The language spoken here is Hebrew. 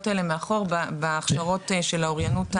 האלה מאחור בהכשרות של האוריינות הדיגיטלית.